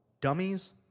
dummies